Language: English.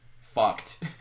fucked